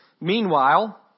Meanwhile